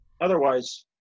Otherwise